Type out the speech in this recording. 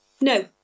no